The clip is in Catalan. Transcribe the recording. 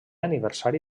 aniversari